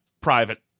private